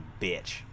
bitch